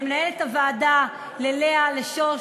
למנהלת הוועדה לאה, לשוש,